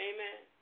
Amen